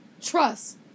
trust